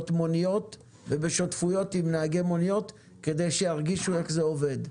מוניות ובשותפות עם נהגי מוניות כדי שירגישו איך זה עובד.